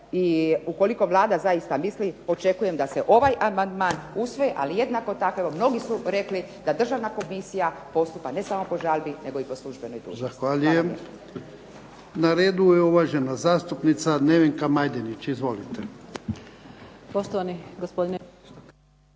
i ukoliko Vlada zaista misli, očekujem da se ovaj amandman usvoji, ali jednako tako mnogi su rekli da Državna komisija postupa ne samo po žalbi nego i po službenoj dužnosti. Zahvaljujem. **Jarnjak, Ivan (HDZ)** Zahvaljujem. Na redu je uvažena zastupnica